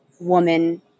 woman